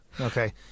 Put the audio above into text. okay